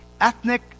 ethnic